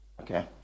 Okay